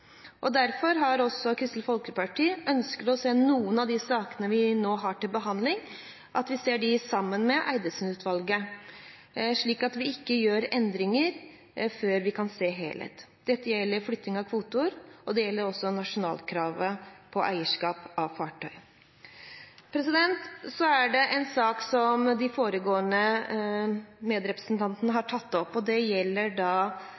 Derfor har også Kristelig Folkeparti ønsket å se noen av de sakene vi nå har til behandling, i sammenheng med Eidesen-utvalgets forslag, slik at vi ikke gjør endringer før vi kan se helheten. Dette gjelder flytting av kvoteåret, og det gjelder nasjonalitetskravet for eierskap av fartøy. Så er det en sak som de foregående medrepresentanter har tatt opp, og det gjelder